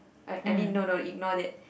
I I mean no no ignore that